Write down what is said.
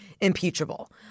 impeachable